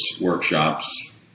workshops